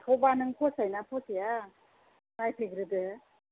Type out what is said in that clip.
हाखौबा नों फसायना फसाया नायफैग्रोदो